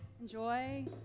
enjoy